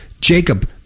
Jacob